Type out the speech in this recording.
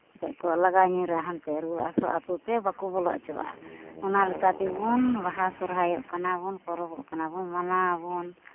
ᱮᱱᱛᱮᱫ ᱠᱚ ᱞᱟᱜᱟ ᱧᱤᱨᱟ ᱦᱟᱱᱛᱮ ᱨᱩᱣᱟᱹᱜ ᱦᱟᱹᱥᱩᱜ ᱟᱛᱳ ᱛᱮ ᱵᱟᱠᱚ ᱵᱚᱞᱚ ᱦᱚᱪᱚᱣᱟᱜᱼᱟ ᱚᱱᱟ ᱞᱮᱠᱟᱛᱮ ᱵᱚᱱ ᱵᱟᱦᱟ ᱥᱚᱨᱦᱟᱭᱚᱜ ᱠᱟᱱᱟ ᱵᱚᱱ ᱯᱚᱨᱚᱵᱚᱜ ᱠᱟᱱᱟ ᱵᱚᱱ ᱢᱟᱱᱟᱣᱟᱵᱚᱱ